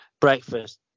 Breakfast